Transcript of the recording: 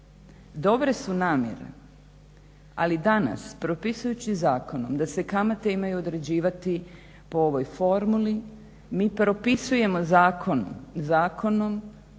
Dobre su namjere, ali danas propisujući zakonom da se kamate imaju određivati po ovoj formuli mi propisujemo zakonom obvezu